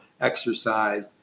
exercise